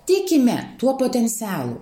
tikime tuo potencialu